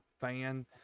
fan